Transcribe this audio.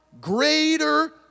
greater